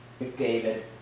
McDavid